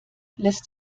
lässt